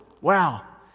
Wow